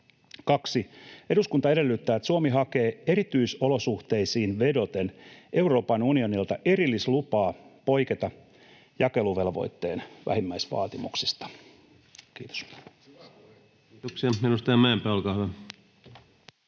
2. Eduskunta edellyttää, että Suomi hakee erityisolosuhteisiin vedoten Euroopan unionilta erillislupaa poiketa jakeluvelvoitteen vähimmäisvaatimuksista.” — Kiitos. [Speech